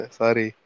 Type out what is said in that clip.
sorry